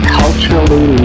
culturally